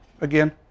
again